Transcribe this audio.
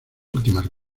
últimas